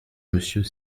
monsieur